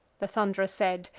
the thund'rer said,